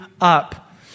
up